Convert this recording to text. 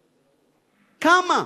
כמה?